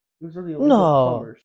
No